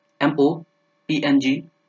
MoPNG